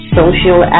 social